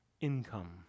income